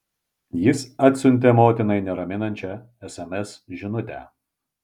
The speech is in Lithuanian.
jis atsiuntė motinai neraminančią sms žinutę